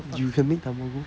you can make tamago